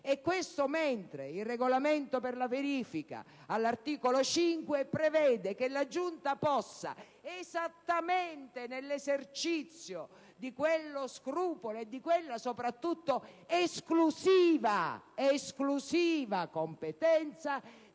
e questo mentre il Regolamento per la verifica, all'articolo 5, prevede che la Giunta possa, esattamente nell'esercizio di quello scrupolo e soprattutto di quella esclusiva competenza,